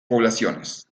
poblaciones